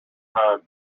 time